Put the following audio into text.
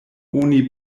oni